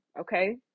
okay